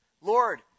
Lord